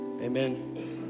Amen